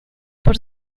por